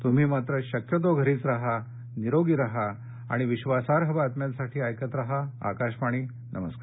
तुम्ही मात्र शक्यतो घरीच राहा निरोगी राहा आणि विश्वासार्ह बातम्यांसाठी ऐकत राहा आकाशवाणी नमस्कार